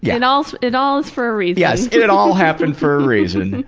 yeah it all it all is for a reason. yes, it it all happened for a reason.